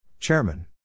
Chairman